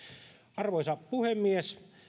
arvoisa puhemies